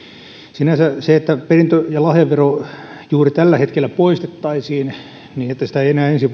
sinänsä se että perintö ja lahjavero juuri tällä hetkellä poistettaisiin niin että sitä ei enää ensi